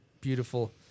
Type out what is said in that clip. beautiful